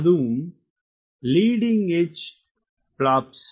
அதுவும் leading edge flaps